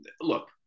look